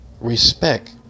respect